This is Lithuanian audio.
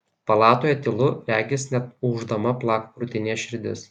palatoje tylu regis net ūždama plaka krūtinėje širdis